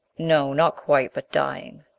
no. not quite but dying.